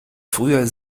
früher